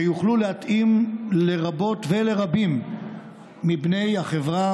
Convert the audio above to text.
שיוכלו להתאים לרבות ולרבים מבני החברה